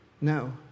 No